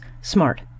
smart